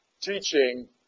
teaching